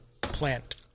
plant